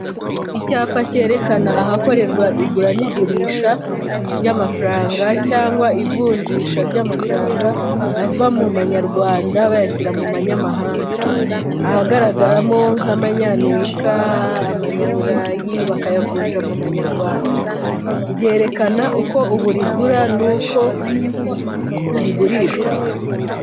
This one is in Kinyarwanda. Icyapa cyerekana ahakorerwa igura n'igurisha ry'amafaranga cyangwa ivunjisha ry'amafaranga ava mu manyarwanda bayashyira mu manyamahanga ahagaragaramo nk'amanyamerika, abanyaburayi bakayavunja mu manyarwanda ryerekana uko ubu rigura n'uko rigurishwa.